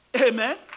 Amen